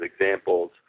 examples